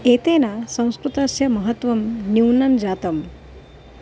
एतेन संस्कृतस्य महत्त्वं न्यूनं जातम्